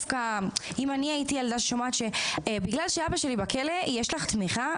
אם אני הייתי ילדה ששומעת שבגלל שאבא שלי בכלא יש לי תמיכה,